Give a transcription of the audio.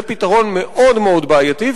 זה פתרון מאוד בעייתי,